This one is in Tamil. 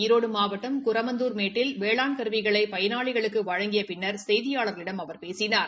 ஈரோடு மாவட்டம் குரமந்துர்மேட்டில் வேளாண் கருவிகளை பயனாளிகளுக்கு வழங்கிய பின்னர் செய்தியாளர்களிடம் அவர் பேசினார்